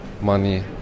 money